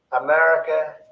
America